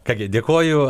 ką gi dėkoju